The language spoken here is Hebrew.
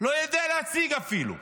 לא יודע אפילו להציג.